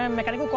um mechanic.